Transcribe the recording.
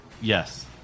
Yes